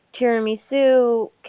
tiramisu